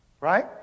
right